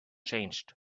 changed